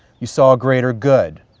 you saw a greater good,